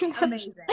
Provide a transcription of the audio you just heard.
amazing